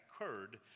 occurred